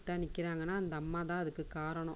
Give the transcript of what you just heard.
கெத்தாக நிற்கிறாங்கனா அந்த அம்மா தான் அதுக்குக் காரணம்